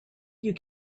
you